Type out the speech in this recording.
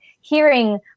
hearing